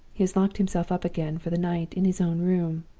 he has locked himself up again for the night, in his own room.